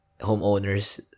homeowners